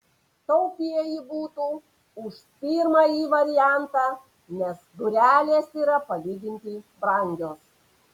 taupieji būtų už pirmąjį variantą nes durelės yra palyginti brangios